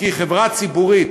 כי היא חברה ציבורית,